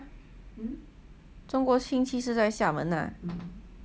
中国经济在在厦门的啊